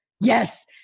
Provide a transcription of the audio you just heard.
yes